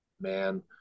man